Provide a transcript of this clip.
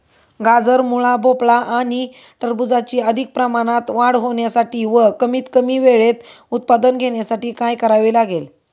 गाजर, मुळा, भोपळा आणि टरबूजाची अधिक प्रमाणात वाढ होण्यासाठी व कमीत कमी वेळेत उत्पादन घेण्यासाठी काय करावे लागेल?